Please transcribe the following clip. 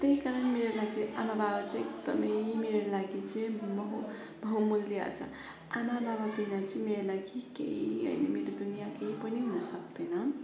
त्यही कारण मेरो लागि आमा बाबा चाहिँ एकदमै मेरो लागि चाहिँ बहु बहुमूल्य छ आमा बाबा बिना चाहिँ मेरो लागि केही होइन मेरो दुनियाँ केही पनि हुन सक्दैन